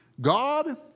God